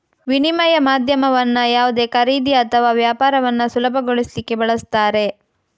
ವಿನಿಮಯ ಮಾಧ್ಯಮವನ್ನ ಯಾವುದೇ ಖರೀದಿ ಅಥವಾ ವ್ಯಾಪಾರವನ್ನ ಸುಲಭಗೊಳಿಸ್ಲಿಕ್ಕೆ ಬಳಸ್ತಾರೆ